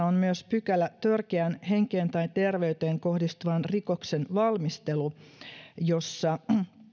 on myös pykälä törkeän henkeen tai terveyteen kohdistuvan rikoksen valmistelu jossa